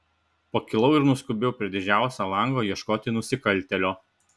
pakilau ir nuskubėjau prie didžiausio lango ieškoti nusikaltėlio